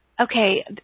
okay